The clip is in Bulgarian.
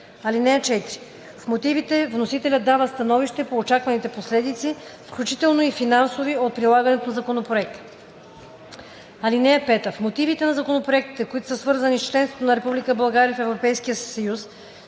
актове. (4) В мотивите вносителят дава становище по очакваните последици, включително и финансови, от прилагането на законопроекта. (5) В мотивите на законопроектите, които са свързани с членството на Република България в Европейския съюз,